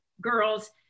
girls